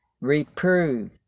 Reprove